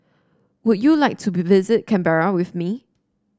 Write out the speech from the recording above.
would you like to visit Canberra with me